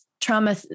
trauma